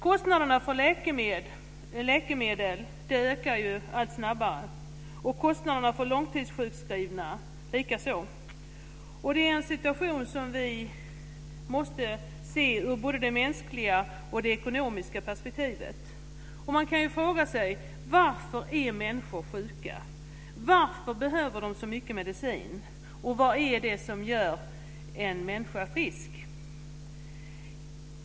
Kostnaderna för läkemedel ökar allt snabbare, kostnaderna för långtidssjukskrivna likaså. Det är en situation som vi måste se ur både mänskligt och ekonomiskt perspektiv. Man kan fråga sig: Varför är människor sjuka? Varför behöver de så mycket medicin? Och vad är det som gör en människa frisk?